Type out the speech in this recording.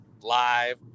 Live